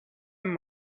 and